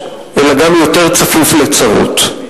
אלא גם יותר צפוף לצרות.